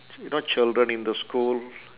you know children in the school